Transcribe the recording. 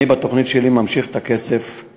בתוכנית שלי אני ממשיך להקצות את הכסף.